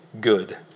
good